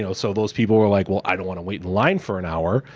you know so those people were like, well, i don't wanna wait in line for an hour,